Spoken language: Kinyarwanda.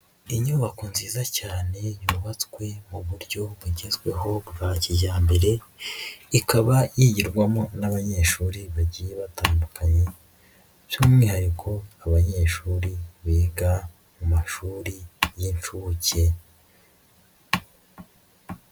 Inyubako nziza cyane yubatswe mu buryo bugezweho bwa kijyambere, ikaba yigirwamo n'abanyeshuri bagiye batandukanye by'umwihariko abanyeshuri biga mu mashuri y'inshuke.